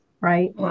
right